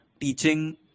teaching